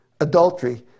adultery